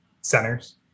centers